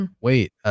Wait